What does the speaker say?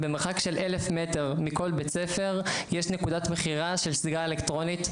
במרחק של 1,000 מטר מכל בית ספר יש נקודת מכירה של סיגריה אלקטרונית,